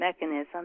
mechanism